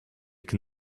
can